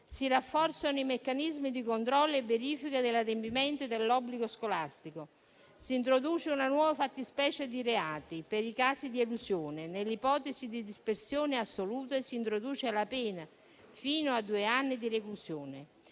Si rafforzano i meccanismi di controllo e verifica dell'adempimento e dell'obbligo scolastico. Si introduce una nuova fattispecie di reati per i casi di elusione; nell'ipotesi di dispersione assoluta, si introduce la pena fino a due anni di reclusione;